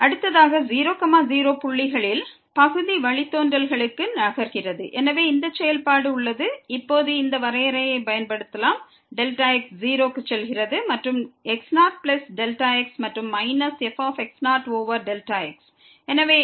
அடுத்ததாக 0 0 புள்ளிகளில் உள்ள பகுதி வழித்தோன்றல்களுக்கு நகர்வோம் எனவே இந்த செயல்பாடு உள்ளது இப்போது இந்த வரையறையைப் பயன்படுத்தலாம் Δx 0 க்கு செல்கிறது மற்றும் x0x மற்றும் மைனஸ் f ஓவர் x